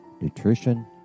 nutrition